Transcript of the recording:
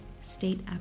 state